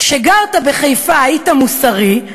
כשגרת בחיפה היית מוסרי,